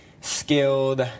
skilled